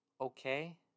okay